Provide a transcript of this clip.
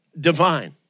divine